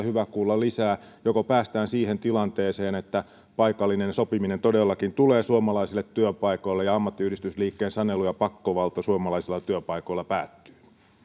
hyvä kuulla lisää joko päästään siihen tilanteeseen että paikallinen sopiminen todellakin tulee suomalaisille työpaikoille ja ammattiyhdistysliikkeen sanelu ja pakkovalta suomalaisilla työpaikoilla päättyy